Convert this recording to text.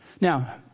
now